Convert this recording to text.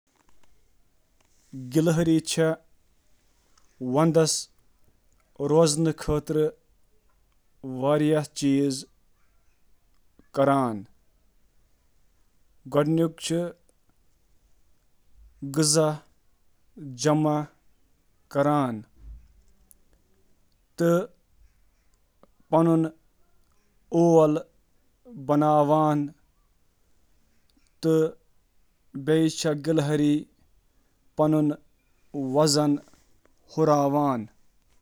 گلہٕ یُس سرد رٮ۪تن ہٕنٛز تیٲری چھُ کران، گلہٕ چھِ سونتس تہٕ رٮ۪تہٕ کٲلِس دوران اضٲفی گری دار میوٕ جمع کٔرِتھ کھٮ۪ن جمع کران۔